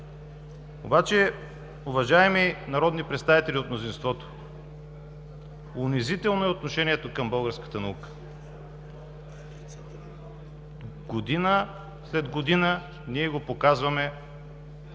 Уважаеми народни представители от мнозинството, унизително е отношението към българската наука! Година след година, ние го показваме